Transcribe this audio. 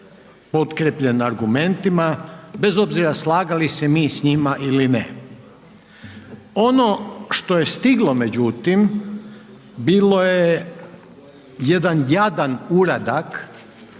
potkrijepljen argumentima, bez obzira slagali se mi s njima ili ne. Ono što je stiglo međutim bilo je jedan jadan uradak